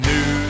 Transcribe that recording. New